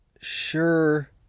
sure